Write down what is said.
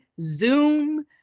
Zoom